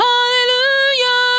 Hallelujah